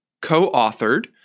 co-authored